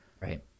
Right